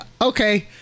okay